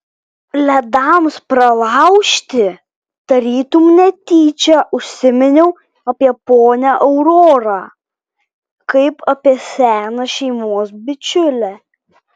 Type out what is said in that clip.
ledams pralaužti tarytum netyčia užsiminiau apie ponią aurorą kaip apie seną šeimos bičiulę